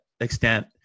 extent